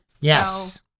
Yes